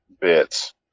bits